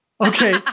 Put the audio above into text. Okay